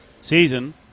season